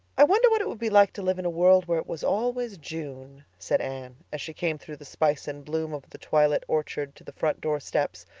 i wonder what it would be like to live in a world where it was always june, said anne, as she came through the spice and bloom of the twilit orchard to the front door steps,